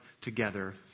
together